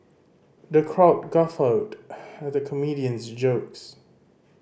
the crowd guffawed at the comedian's jokes